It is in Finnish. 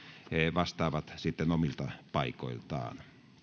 vastaavat sitten omilta paikoiltaan